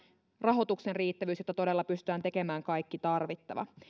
rahoituksen riittävyys jotta todella pystytään tekemään kaikki tarvittava